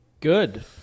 good